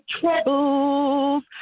troubles